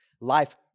Life